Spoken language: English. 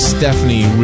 Stephanie